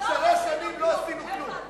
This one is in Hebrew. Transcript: שלוש שנים לא עשינו כלום.